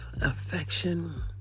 affection